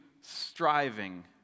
striving